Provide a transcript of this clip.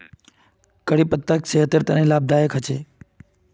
करी पत्ता सेहटर तने लाभदायक होचे